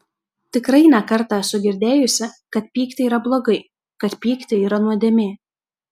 tikrai ne kartą esu girdėjusi kad pykti yra blogai kad pykti yra nuodėmė